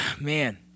man